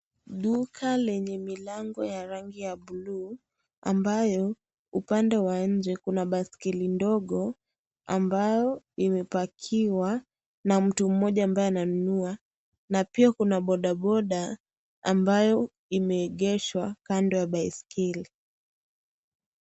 Duka lenye milango ya rangi ya bluu, ambayo upande wa nje kuna baiskeli ndogo ambayo imepakiwa na mtu mmoja ambaye ananunua. Na pia kuna bodaboda ambayo imeegeshwa kando ya baiskeli.